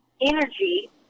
energy